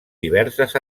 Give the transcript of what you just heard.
diverses